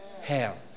hell